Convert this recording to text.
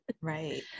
Right